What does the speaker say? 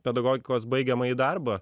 pedagogikos baigiamąjį darbą